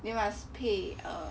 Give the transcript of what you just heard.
then must 配 uh